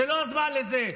זה לא הזמן לזה.